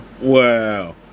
Wow